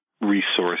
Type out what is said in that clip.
resource